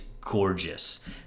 gorgeous